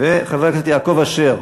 חבר הכנסת יעקב אשר,